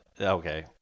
Okay